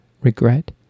regret